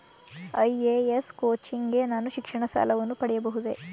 IAS coaching ಗೆ ನಾನು ಶಿಕ್ಷಣ ಸಾಲವನ್ನು ಪಡೆಯಬಹುದೇ?